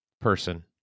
person